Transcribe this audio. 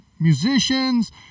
musicians